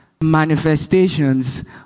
manifestations